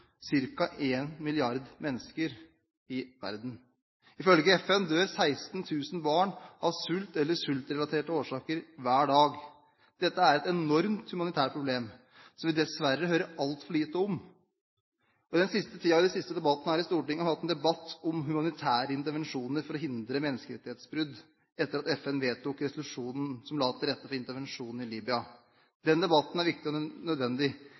mennesker i verden. Ifølge FN dør 16 000 barn av sult eller sultrelaterte årsaker hver dag. Dette er et enormt humanitært problem, som vi dessverre hører altfor lite om. I Stortinget har vi etter at FN vedtok resolusjonen som la til rette for intervensjonen i Libya, hatt en debatt om humanitær intervensjon for å hindre menneskerettighetsbrudd.